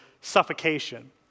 suffocation